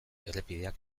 errepideak